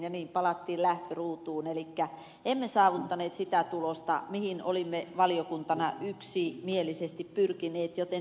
niin palattiin lähtöruutuun elikkä emme saavuttaneet sitä tulosta mihin olimme valiokuntana yksimielisesti pyrkineet joten tämä tästä